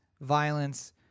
violence